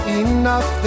enough